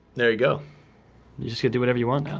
there you go. you just can do whatever you want.